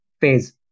phase